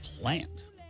Plant